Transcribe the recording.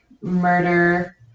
murder